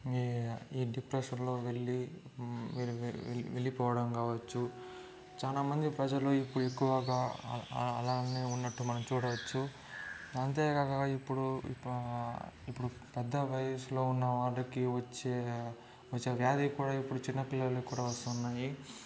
ఈ ఈ డిప్రెషన్లో వెళ్లి వె వె వెళ్లిపోవడం కావచ్చు చాలా మంది ప్రజలు ఇప్పుడు ఎక్కువగా అలానే ఉన్నట్టు మనం చూడవచ్చు అంతేగాక ఇప్పుడు ఇప్పుడు పెద్ద వయసులో ఉన్న వాళ్ళకి వచ్చే వచ్చే వ్యాధి కూడా ఇప్పుడు చిన్న పిల్లలకు కూడా వస్తున్నాయి